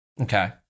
Okay